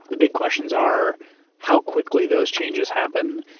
the big questions are how quickly those changes happen.